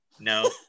No